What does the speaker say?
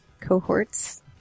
cohorts